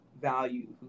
value